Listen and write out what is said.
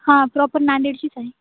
हा प्रॉपर नांदेडचीच आहे